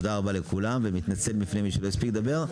תודה רבה לכולם ואני מתנצל בפני מי שלא הספיק לדבר.